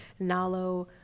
Nalo